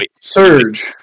Surge